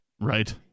Right